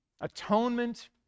atonement